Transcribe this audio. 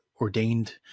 ordained